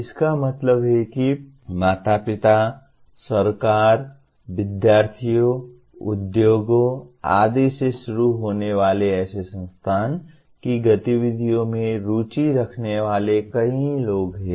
इसका मतलब है कि माता पिता सरकार विद्यार्थियों उद्योगों आदि से शुरू होने वाले ऐसे संस्थान की गतिविधियों में रुचि रखने वाले कई लोग हैं